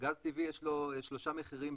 לגז טבעי יש שלושה מחירים,